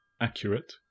accurate